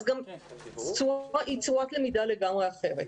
אז גם היא צורת למידה לגמרי אחרת.